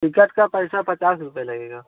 ticket का पैसा पचास रुपये लगेगा